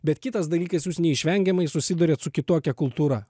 bet kitas dalykas jūs neišvengiamai susiduriat su kitokia kultūra